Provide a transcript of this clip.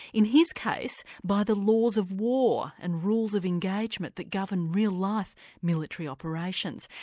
in his case, by the laws of war and rules of engagement that govern real life military operations.